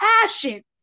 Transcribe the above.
passion